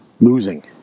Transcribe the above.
losing